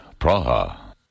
Praha